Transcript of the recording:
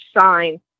sign